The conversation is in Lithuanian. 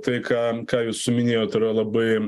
tai ką ką jūs minėjot yra labai